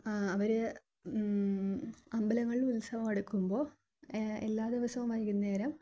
അവര് അമ്പലങ്ങളില് ഉത്സവം അടുക്കുമ്പോള് എല്ലാ ദിവസവും വൈകുന്നേരം